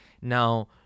Now